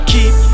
Keep